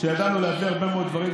העברת והעברת.